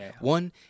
One